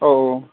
औ औ